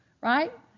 right